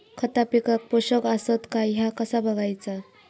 खता पिकाक पोषक आसत काय ह्या कसा बगायचा?